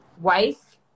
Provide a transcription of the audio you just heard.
Wife